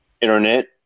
internet